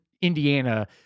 Indiana